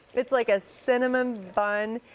it's like a cinnamon bun.